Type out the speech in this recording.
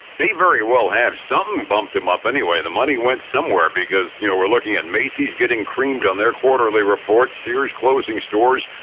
may very well have. some bumped him up anyway. the money went somewhere because you know we're looking at macy's getting creamed on their quarterly reports, sears closing stores,